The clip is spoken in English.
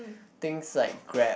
things like Grab